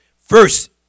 first